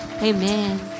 Amen